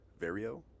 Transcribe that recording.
Vario